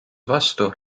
vastu